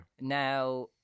Now